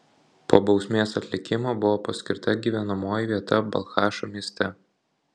po bausmės atlikimo buvo paskirta gyvenamoji vieta balchašo mieste